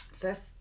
First